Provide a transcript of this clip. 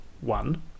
one